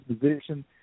position